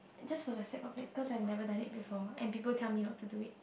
just for the sake of it cause I have never done it before and people tell me not to do it